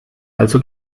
also